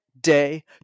day